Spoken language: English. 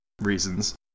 reasons